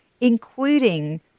including